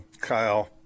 Kyle